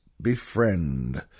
befriend